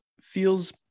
feels